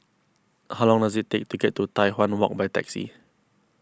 how long does it take to get to Tai Hwan Walk by taxi